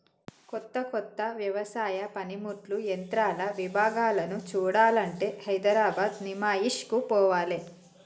కొత్త కొత్త వ్యవసాయ పనిముట్లు యంత్రాల విభాగాలను చూడాలంటే హైదరాబాద్ నిమాయిష్ కు పోవాలే